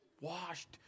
Washed